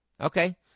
Okay